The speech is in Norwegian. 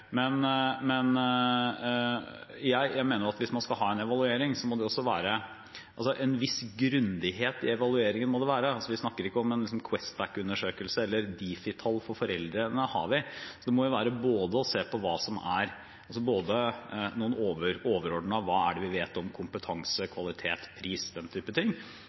Men jeg mener at hvis man skal ha en evaluering, må det også være en viss grundighet i den. Vi snakker ikke om en Questback-undersøkelse, og vi har Difi-tall for foreldrene. Det må være både å se på noen overordnede ting – hva vet vi om kompetanse, kvalitet, pris og den slags – og kanskje også noen